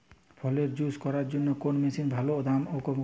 ফলের জুস করার জন্য কোন মেশিন ভালো ও দাম কম?